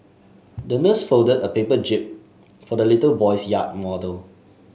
the nurse folded a paper jib for the little boy's yacht model